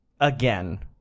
again